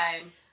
time